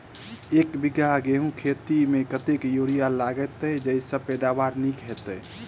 एक बीघा गेंहूँ खेती मे कतेक यूरिया लागतै जयसँ पैदावार नीक हेतइ?